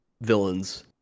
villains